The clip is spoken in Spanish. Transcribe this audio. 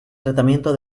tratamiento